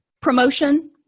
Promotion